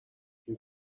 این